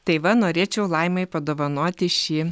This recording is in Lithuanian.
tai va norėčiau laimai padovanoti šį